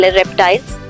reptiles